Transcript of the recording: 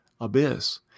abyss